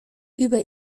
über